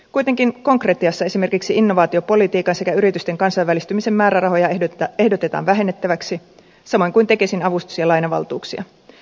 kuitenkin konkretiassa esimerkiksi innovaatiopolitiikan sekä yritysten kansainvälistymisen määrärahoja ehdotetaan vähennettäväksi samoin kuin tekesin avustus ja lainavaltuuksia